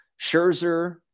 Scherzer